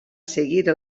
seguir